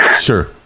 Sure